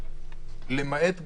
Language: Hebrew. למעט גרמניה,